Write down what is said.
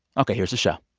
ok. here's the show